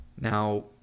Now